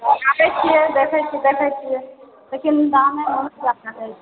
आबए छिऐ देखए छिऐ देखए छिऐ लेकिन दामे बहुत जादा कहैत छिऐ